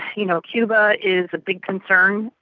you know cuba is a big concern.